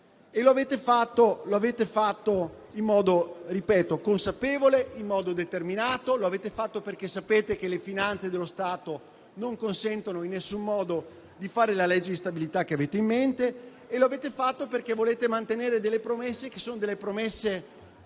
lo avete fatto in modo - ripeto - consapevole, in modo determinato; lo avete fatto perché sapete che le finanze dello Stato non consentono in alcun modo di fare la legge di stabilità che avete in mente e lo avete fatto perché volete mantenere delle promesse da mariuoli, promesse